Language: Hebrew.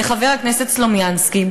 לחבר הכנסת סלומינסקי,